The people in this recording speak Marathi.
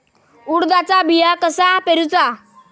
उडदाचा बिया कसा पेरूचा?